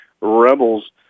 Rebels